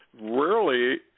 rarely